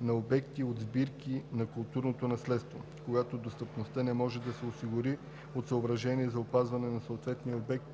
на обекти от сбирки на културното наследство, когато достъпността не може да се осигури от съображения за опазването на съответния обект